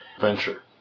venture